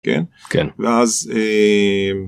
כן? כן. ואז